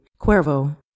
Cuervo